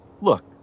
Look